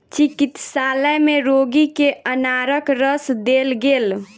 चिकित्सालय में रोगी के अनारक रस देल गेल